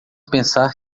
pensar